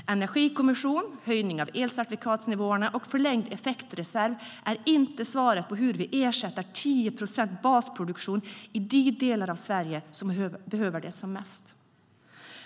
Energikommission, höjning av elcertifikatsnivåerna och förlängd effektreserv är inte svaret på hur vi ersätter 10 procents basproduktion i de delar av Sverige som behöver det som mest.